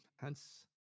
hence